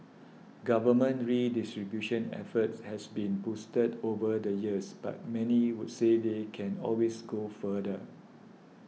government redistribution efforts have been boosted over the years but many would say they can always go further